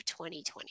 2020